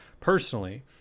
personally